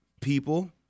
people